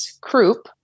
croup